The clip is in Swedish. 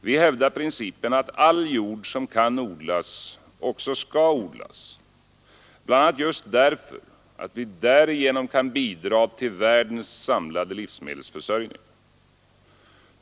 Vi hävdar principen att all jord som kan odlas också skall odlas, bl.a. just därför att vi därigenom kan bidra till världens samlade livsmedelsförsörjning.